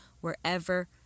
wherever